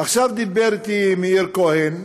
עכשיו דיבר אתי מאיר כהן,